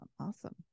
awesome